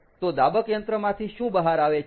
તો દાબક યંત્રમાંથી શું બહાર આવે છે